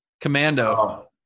commando